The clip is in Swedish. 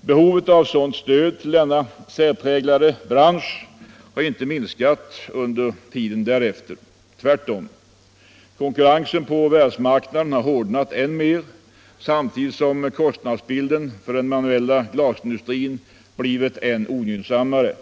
Behovet av sådant stöd till denna särpräglade bransch har inte minskat under tiden därefter, tvärtom. Konkurrensen på världsmarknaden har hårdnat än mer, samtidigt som kostnadsbilden för den manuella glasindustrin blivit än ogynnsammare.